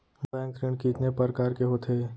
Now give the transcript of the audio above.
Bank ऋण कितने परकार के होथे ए?